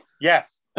yes